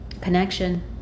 connection